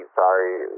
sorry